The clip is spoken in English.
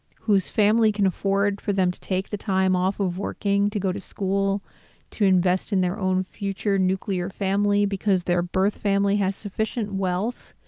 whose family can afford for them to take the time off of working to go to school to invest in their own future nuclear family because their birth family has sufficient wealth,